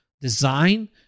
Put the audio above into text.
design